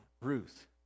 Ruth